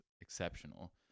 exceptional